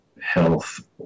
Health